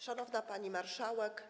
Szanowna Pani Marszałek!